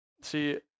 See